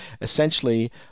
essentially